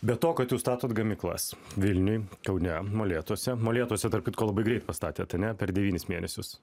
bet to kad jūs statot gamyklas vilniuj kaune molėtuose molėtuose tarp kitko labai greit pastatėt ane per devynis mėnesius